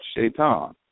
Shaitan